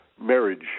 marriage